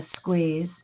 squeeze